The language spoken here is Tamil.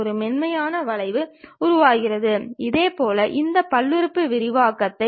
எனவே இதில் நாம் பெறவிருக்கும் தளம் எதுவாக இருந்தாலும் அது ஒரு பக்கவாட்டு காட்சி ஆகும்